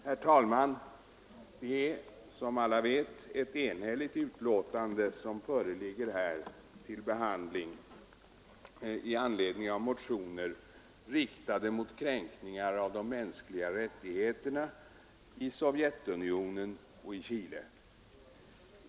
Herr talman! Som alla vet föreligger ett enhälligt utskottsbetänkande till behandling i anledning av motioner riktade mot kränkningar av de mänskliga rättigheterna i Sovjetunionen och i Chile.